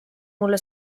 mulle